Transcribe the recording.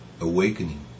awakening